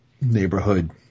neighborhood